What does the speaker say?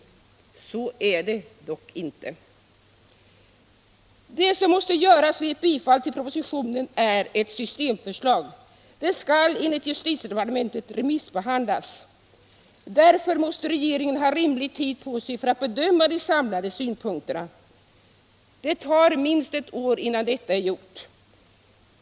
Så är det dock inte. Det som måste göras vid ett bifall till propositionen är ett systemförslag. Det skall enligt justitiedepartementet remissbehandlas. Därefter måste regeringen ha rimlig tid på sig för att bedöma de samlade synpunkterna. Det tar minst ett år innan detta är gjort.